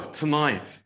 tonight